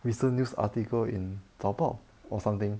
recent news article in 早报 or something